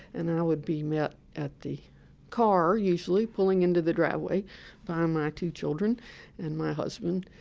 and i would be met at the car, usually, pulling into the driveway by my two children and my husband,